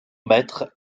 maître